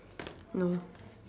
no